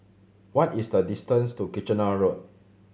what is the distance to Kitchener Road